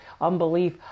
unbelief